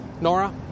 Nora